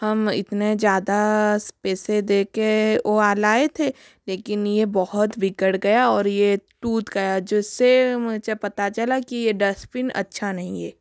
हम इतने ज़्यादा पैसे देके ओ लाए थे लेकिन ये बहुत बिगड़ गया और ये टूट गया जिससे मुझे पता चला कि ये डस्बिन अच्छा नहीं है